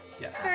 Yes